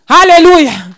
Hallelujah